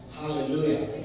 hallelujah